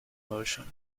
motion